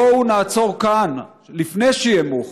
בואו נעצור כאן לפני שיהיה מאוחר.